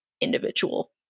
individual